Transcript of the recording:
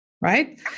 right